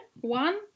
one